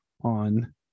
on